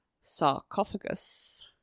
sarcophagus